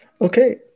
Okay